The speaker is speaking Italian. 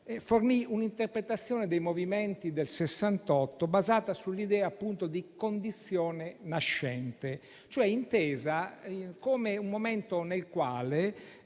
fornì un'interpretazione dei movimenti del 1968 basata sull'idea di condizione nascente, cioè intesa come un momento nel quale